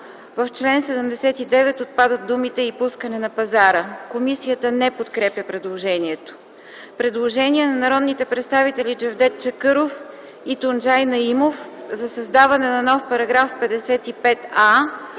В чл. 79 отпадат думите „и пускане на пазара”.” Комисията не подкрепя предложението. Предложение на народните представители Джевдет Чакъров и Тунджай Наимов за създаване на нов § 55а: